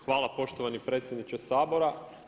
Hvala poštovani predsjedniče Sabora.